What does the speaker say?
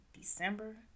December